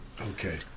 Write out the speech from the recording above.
Okay